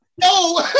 No